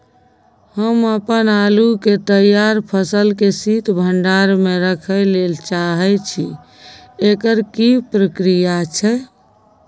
हम अपन आलू के तैयार फसल के शीत भंडार में रखै लेल चाहे छी, एकर की प्रक्रिया छै?